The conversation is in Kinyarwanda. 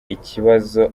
ikibazo